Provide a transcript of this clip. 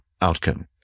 outcome